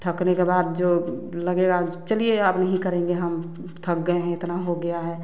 थकने के बाद जो लगेगा चलिए अब नहीं करेंगे हम थक गए हैं इतना हो गया हैं